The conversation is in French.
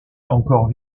encore